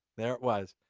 there it was.